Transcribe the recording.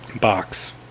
box